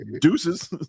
deuces